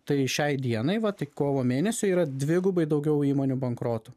tai šiai dienai vat kovo mėnesiui yra dvigubai daugiau įmonių bankrotų